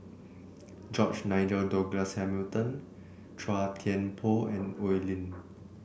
George Nigel Douglas Hamilton Chua Thian Poh and Oi Lin